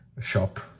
shop